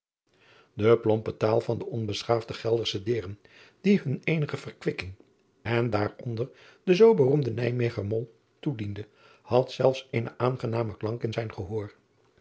e plompe taal van de onbeschaafde eldersche deern die hun eenige verkwikking en daaronder de zoo beroemde ijmeger mol toediende had zelfs eenen aangenamen klank in zijn gehoor